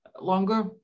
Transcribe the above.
longer